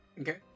Okay